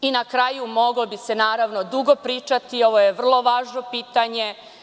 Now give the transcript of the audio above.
Na kraju, moglo bi se dugo pričati, ovo je vrlo važno pitanje.